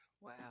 Wow